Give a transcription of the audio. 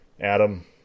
Adam